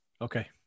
Okay